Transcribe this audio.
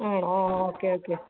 ആണോ ആ okay okay